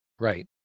Right